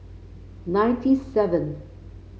ninety seventh